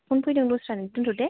phone फैदों दस्रानि दोन्थ' दे